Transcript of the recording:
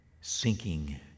sinking